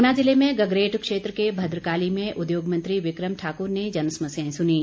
ऊना जिले में गगरेट क्षेत्र के भद्रकाली में उद्योग मंत्री विक्रम ठाकर ने जनसमस्याएं सुनीं